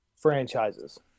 franchises